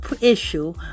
issue